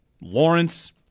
Lawrence